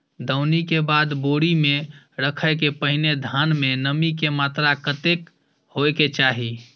दौनी के बाद बोरी में रखय के पहिने धान में नमी के मात्रा कतेक होय के चाही?